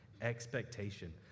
expectation